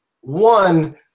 One